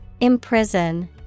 Imprison